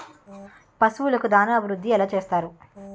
పశువులకు దాన అభివృద్ధి ఎలా చేస్తారు?